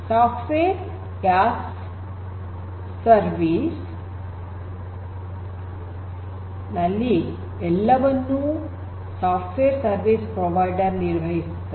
software as a service ನಲ್ಲಿ ಎಲ್ಲವನ್ನೂ software service provider ನಿರ್ವಹಿಸುತ್ತದೆ